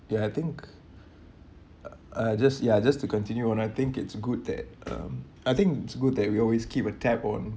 ya I think I I just ya just to continue on I think it's good that um I think it's good that we always keep a tab on